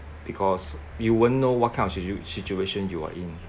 because you won't know what kind of situ~ situation you are in